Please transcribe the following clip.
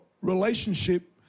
relationship